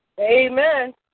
Amen